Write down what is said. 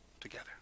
together